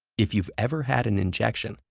if you've ever had an injection,